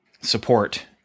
support